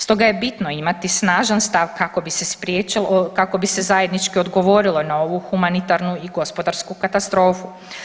Stoga je bitno imati snažan stav kako bi se spriječilo, kako bi se zajednički odgovorilo na ovu humanitarnu i gospodarsku katastrofu.